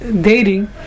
dating